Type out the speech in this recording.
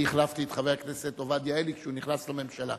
אני החלפתי את חבר הכנסת עובדיה עלי כשהוא נכנס לממשלה.